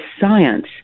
science